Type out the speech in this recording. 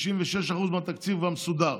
96% מהתקציב כבר מסודר,